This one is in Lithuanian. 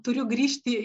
turiu grįžti